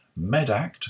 Medact